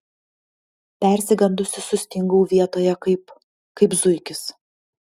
persigandusi sustingau vietoje kaip kaip zuikis